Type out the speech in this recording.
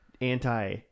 anti